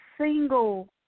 single